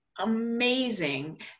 Amazing